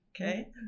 Okay